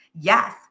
yes